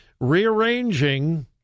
rearranging